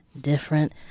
different